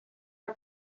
are